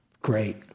great